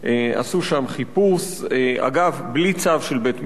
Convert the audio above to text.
עשו שם חיפוש, אגב, בלי צו של בית-משפט,